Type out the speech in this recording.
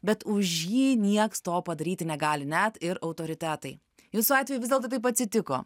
bet už jį nieks to padaryti negali net ir autoritetai jūsų atveju vis dėlto taip atsitiko